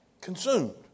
Consumed